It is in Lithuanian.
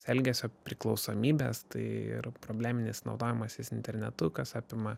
elgesio priklausomybės tai ir probleminis naudojimasis internetu kas apima